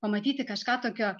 pamatyti kažką tokio